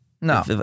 No